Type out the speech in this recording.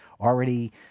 already